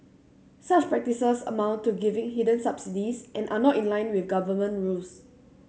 such practices amount to giving hidden subsidies and are not in line with government rules